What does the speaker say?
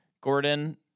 Gordon